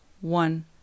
one